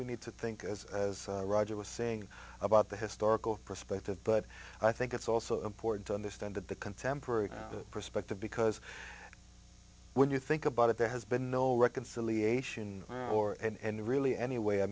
we need to think as roger was saying about the historical perspective but i think it's also important to understand that the contemporary perspective because when you think about it there has been no reconciliation or end really anyway i